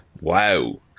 Wow